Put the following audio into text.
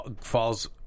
falls